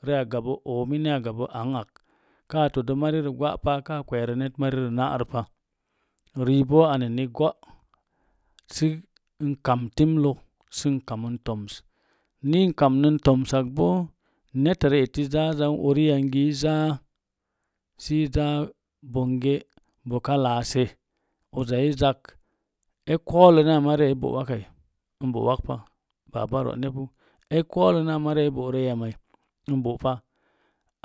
A gabə oomi ni gabo angak ka todə mari gwa'pa kaa kwerə net mari pa riibo anaenigo’ sən kam timlə sən kamn toms ni n kammun tomsakbo nettari eti zazan uriyangi i za si za boka laase uza izak e koolə na mariya i bó wakai n bó wakpa baba ro'nepu e koolə na mari bó yeemai n bó pa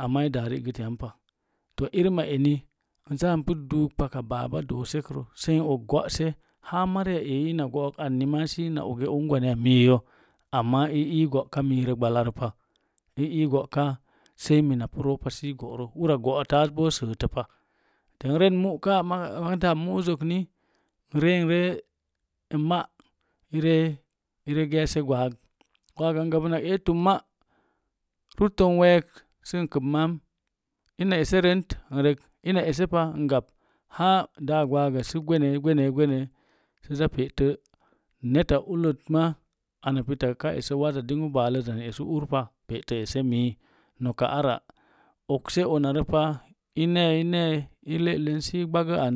amma e daa rigt yampa to irima eni n za ipu duuk paka baba doosekrə góse haa mariya ei ina go'ok anni ma ungwaniya miiyo i ii góka wúro ɓallərə pa i ii gó ka sai mina pu roopa ura góottaz bo sətəpa de n ren mu'ka makaranta mu'uzzək ni n re n ma'airee geese gwaag gwaaga n gwaɓnak ee tumma rutte n week sə n kəp manam ina rent n rek ina ese pa a gab haa daa gwaagaz sə gwenee gwenee sə za pe'te netta ullət ma ana pita ka esə waza ulləz dingwu baaləzzan pe'tə ese mi. noka ara okse onarəpa i neye i neeye mini okso i ɓagə an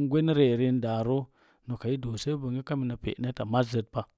ngwenə ri eri i daaro nok i doose ka ruina pé netta mazzət pa.